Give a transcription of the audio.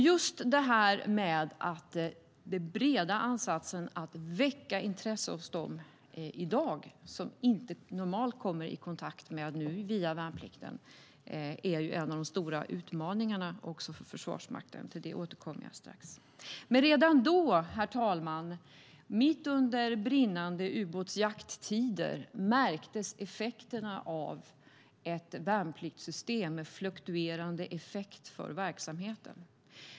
Just den breda ansatsen, att väcka intresset hos dem som vi i dag inte normalt kommer i kontakt med via värnplikten, är en av de stora utmaningarna för Försvarsmakten. Till det återkommer jag strax. Redan då, herr talman, mitt under brinnande ubåtsjaktstider, märktes resultatet av ett värnpliktssystem med fluktuerande effekt på verksamheten.